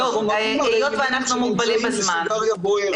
החומרים הרעילים שנמצאים בסיגריה בוערת.